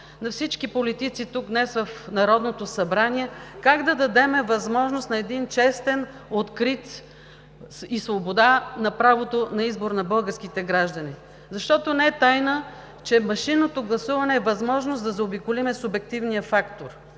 на всички политици тук днес в Народното събрание, как да дадем възможност на един честен, открит избор и свобода на правото на избор на българските граждани? Защото не е тайна, че машинното гласуване е възможност да заобиколим субективния фактор,